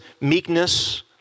meekness